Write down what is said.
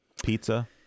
pizza